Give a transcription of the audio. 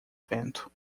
vento